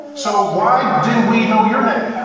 so why didn't we know your name?